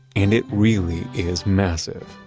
and it really is massive.